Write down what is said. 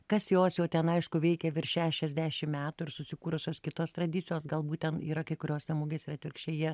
kas jos jau ten aišku veikė virš šešiasdešim metų ir susikūrusios kitos tradicijos galbūt ten yra kai kurios ten mugės ir atvirkščiai jie